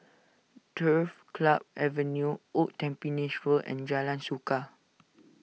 Turf Club Avenue Old Tampines Road and Jalan Suka